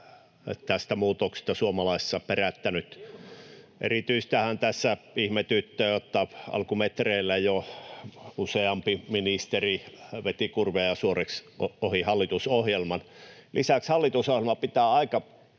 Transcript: tästä muutoksesta. Erityisestihän tässä ihmetyttää se, että jo alkumetreillä useampi ministeri veti kurveja suoriksi ohi hallitusohjelman. Lisäksi hallitusohjelma pitää